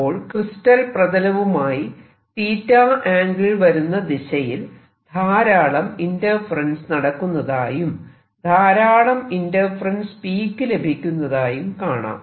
അപ്പോൾ ക്രിസ്റ്റൽ പ്രതലവുമായി θ ആംഗിൾ വരുന്ന ദിശയിൽ ധാരാളം ഇന്റർഫെറെൻസ് നടക്കുന്നതായും ധാരാളം ഇന്റർഫെറെൻസ് പീക്ക് ലഭിക്കുന്നതായും കാണാം